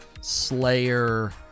slayer